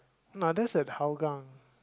no that's at Hougang